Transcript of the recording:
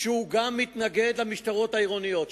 שגם הוא מתנגד למשטרות העירוניות.